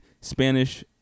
Spanish